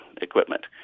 equipment